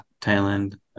Thailand